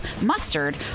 Mustard